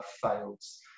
fails